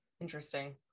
interesting